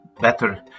better